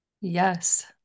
Yes